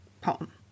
poem